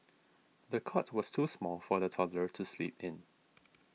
the cot was too small for the toddler to sleep in